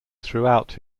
throughout